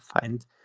find